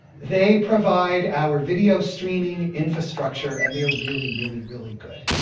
they provide our video streaming infrastructure, and they are really, really, really good.